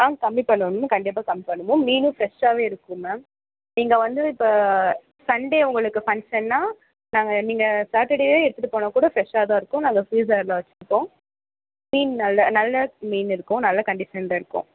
ஆ கம்மி பண்ணுவோம் இன்னும் கண்டிப்பாக கம்மி பண்ணுவோம் மீனும் ஃப்ரெஷ்ஷாகவே இருக்கும் மேம் நீங்கள் வந்து இப்போ சண்டே உங்களுக்கு ஃபங்க்ஷன்னால் நாங்கள் நீங்கள் சாட்டர்டேவே எடுத்துகிட்டு போனால் கூட ஃப்ரெஷ்ஷாக தான் இருக்கும் நாங்கள் ஃப்ரீசரில் வெச்சுருப்போம் மீன் நல்ல நல்ல மீன் இருக்கும் நல்ல கண்டிஸனில் இருக்கும்